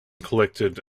collected